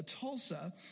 Tulsa